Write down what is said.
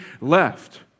left